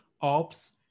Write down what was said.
ops